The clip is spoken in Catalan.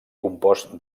compost